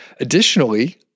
Additionally